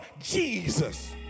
Jesus